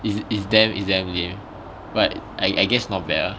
is is damn is damn lame but I guess not bad lah